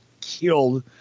killed